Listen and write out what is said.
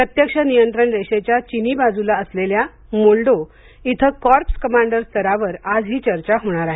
प्रत्यक्ष नियंत्रण रेषेच्या चीनी बाजूला असलेल्या मोल्डो इथं कॉर्प्स कमांडर स्तरावर आज हि चर्चा होणार आहे